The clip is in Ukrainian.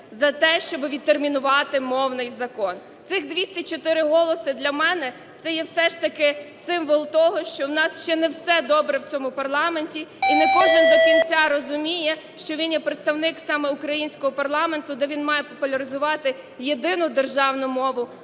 за те, щоб відтермінувати мовний закон. Цих 204 голоси – для мене це є все ж таки символ того, що в нас ще не все добре в цьому парламенті, і не кожен до кінця розуміє, що він є представник саме українського парламенту, де він має популяризувати єдину державну мову